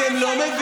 אתם לא מבינים.